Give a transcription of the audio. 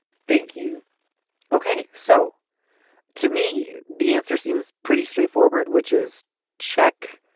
thank you ok. so to me, the answer seems pretty straightforward, which is check.